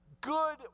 Good